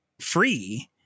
free